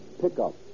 pickup